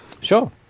Sure